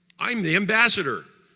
i'm the ambassador!